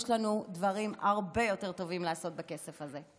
יש לנו דברים הרבה יותר טובים לעשות בכסף הזה.